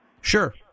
Sure